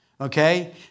Okay